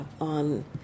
on